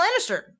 Lannister